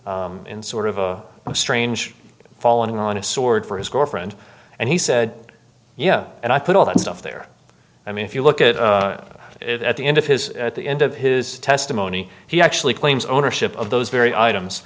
in sort of a strange falling on a sword for his girlfriend and he said yeah and i put all that stuff there i mean if you look at it at the end of his at the end of his testimony he actually claims ownership of those very items